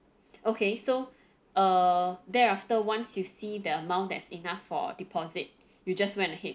okay so err thereafter once you see the amount that's enough for a deposit you just went ahead